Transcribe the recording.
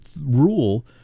rule